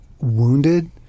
wounded